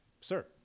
Sir